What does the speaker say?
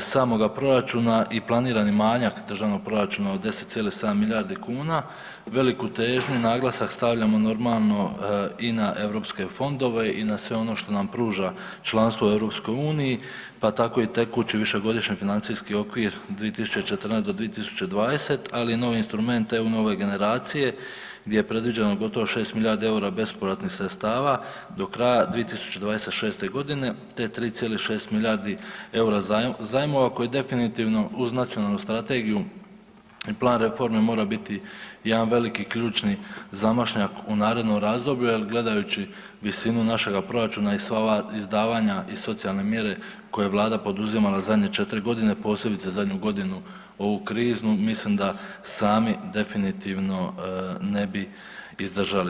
samoga proračuna i planirani manjak državnog proračuna od 10,7 milijardi kuna, veliku težnju i naglasak stavljamo normalno i na europske fondove i sve ono što nam pruža članstvo u EU pa tako i tekući višegodišnji financijski okvir 2014.-2020., ali i novi instrument EU Nove generacije gdje je predviđeno gotovo 6 milijardi eura bespovratnih sredstava do kraja 2026.godine te 3,6 milijardi eura zajmova koje definitivno uz nacionalnu strategiju i plan reforme mora biti jedan veliki ključni zamašnjak u narednom razdoblju jer gledajući visinu našega proračuna i sva ova izdavanja i socijalne mjere koje je Vlada poduzimala zadnje četiri godine, posebice zadnju godinu ovu kriznu mislim da sami definitivno ne bi izdržali.